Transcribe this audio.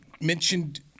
mentioned